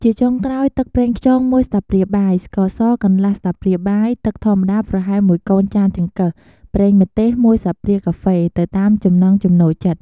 ជាចុងក្រោយ ទឹកប្រេងខ្យង ១ ស្លាបព្រាបាយ ស្ករស កន្លះស្លាបព្រាបាយ ទឹកធម្មតាប្រហែល១ កូនចានចង្កឹះ ប្រេងម្ទេស ១ ស្លាបព្រាកាហ្វេ ទៅតាមចំណង់ចំណូលចិត្ត។